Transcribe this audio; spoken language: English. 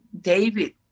David